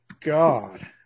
God